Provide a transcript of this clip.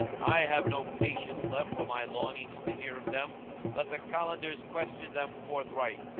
i have no patience left for my longing to hear of them let the kalandars question them forthright.